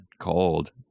cold